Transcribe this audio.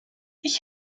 ich